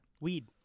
weed